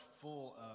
full